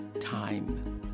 time